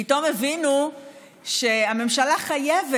הכספים, ראש הממשלה הבטיח,